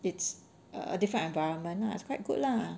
it's a different environment ah it's quite good lah